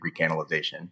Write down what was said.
recanalization